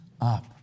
up